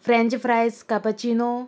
French fries cappuccino